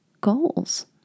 goals